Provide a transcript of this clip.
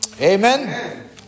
Amen